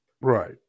Right